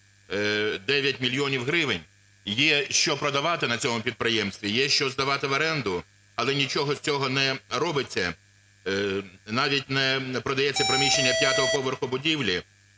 9 мільйонів гривень. Є що продавати на цьому підприємстві, є що здавати в оренду, але нічого з цього не робиться, навіть не продається приміщення п'ятого поверху будівлі